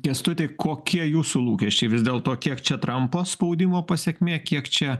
kęstuti kokie jūsų lūkesčiai vis dėlto kiek čia trampo spaudimo pasekmė kiek čia